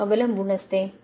वर अवलंबून असते